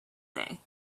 day